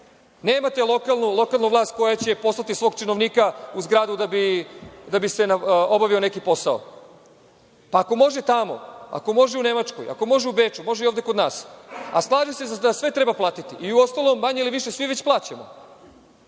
nemate lokalnu vlast koja će poslati svog činovnika u zgradu da bi se obavio neki posao. Pa, ako može tamo, ako može u Nemačkoj, ako može u Beču, može i ovde kod nas. Slažem se da sve treba platiti. Uostalom, manje ili više, sve već i plaćamo.